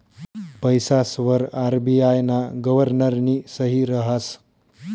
पैसासवर आर.बी.आय ना गव्हर्नरनी सही रहास